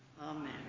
Amen